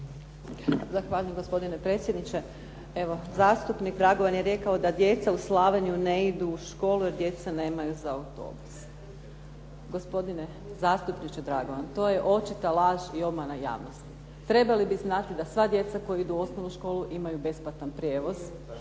Zahvaljujem gospodine predsjedniče. Evo zastupnik Dragovan je rekao da djeca u Slavoniji ne idu u školu jer djeca nemaju za autobuse. Gospodine zastupniče Dragovan, to je očita laž i obama javnosti. Trebali bi znati da sva djeca koja idu u osnovnu školu imaju besplatan prijevoz.